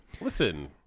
Listen